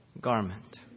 garment